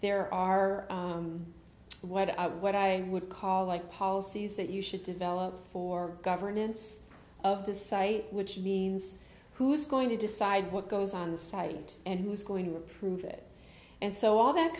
there are what i what i would call like policies that you should develop for governance of the site which means who's going to decide what goes on the site and who's going to approve it and so all that